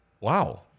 Wow